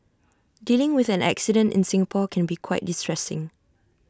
dealing with an accident in Singapore can be quite distressing